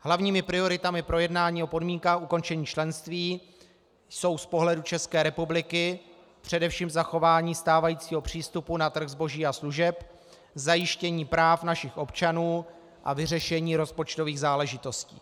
Hlavními prioritami pro jednání o podmínkách ukončení členství jsou z pohledu České republiky především zachování stávajícího přístupu na trh zboží a služeb, zajištění práv našich občanů a vyřešení rozpočtových záležitostí.